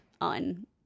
on